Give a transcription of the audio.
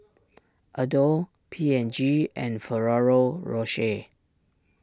Adore P and G and Ferrero Rocher